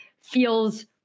feels